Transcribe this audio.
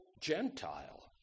Gentile